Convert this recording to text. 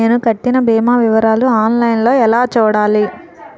నేను కట్టిన భీమా వివరాలు ఆన్ లైన్ లో ఎలా చూడాలి?